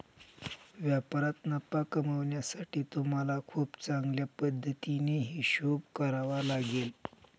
व्यापारात नफा कमावण्यासाठी तुम्हाला खूप चांगल्या पद्धतीने हिशोब करावा लागेल